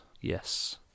Yes